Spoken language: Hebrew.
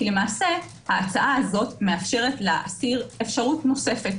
כי ההצעה הזו מאפשרת לאסיר אפשרות נוספת